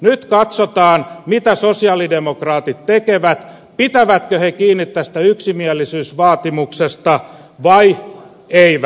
nyt katsotaan mitä sosialidemokraatit tekevät pitävätkö he kiinni tästä yksimielisyysvaatimuksesta vai eivät